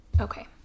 Okay